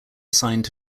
assigned